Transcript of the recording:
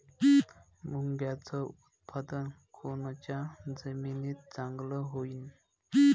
मुंगाचं उत्पादन कोनच्या जमीनीत चांगलं होईन?